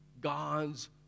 God's